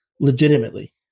legitimately